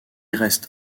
reste